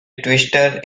twister